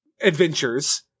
adventures